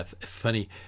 Funny